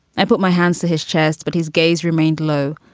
i put my hands to his chest, but his gaze remained low.